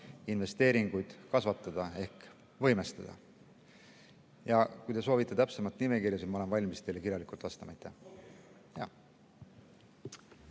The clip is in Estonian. investeeringuid kasvatada ehk võimestada. Kui te soovite täpsemat nimekirja, siis ma olen valmis teile kirjalikult vastama.